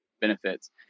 benefits